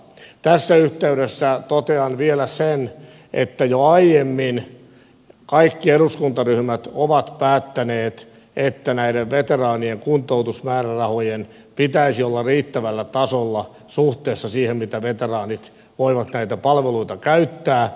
tässä yhteydessä totean vielä sen että jo aiemmin kaikki eduskuntaryhmät ovat päättäneet että näiden veteraanien kuntoutusmäärärahojen pitäisi olla riittävällä tasolla suhteessa siihen mitä veteraanit voivat näitä palveluita käyttää